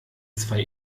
zwei